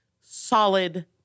Solid